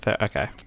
Okay